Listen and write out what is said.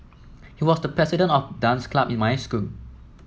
he was the president of dance club in my school